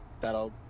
that'll